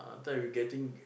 thought we getting